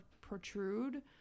protrude